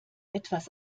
etwas